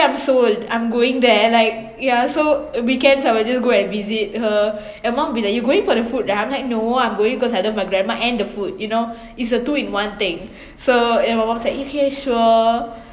I'm sold I'm going there like ya so weekends I will just go and visit her and my mum'll be like you going for the food right then I'm like no I'm going cause I love my grandma and the food you know it's a two in one thing so and my mum said okay sure